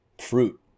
fruit